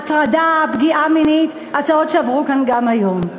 הטרדה, פגיעה מינית, הצעות שעברו כאן גם היום.